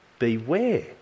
beware